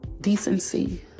decency